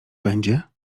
będzie